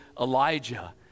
Elijah